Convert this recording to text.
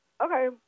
Okay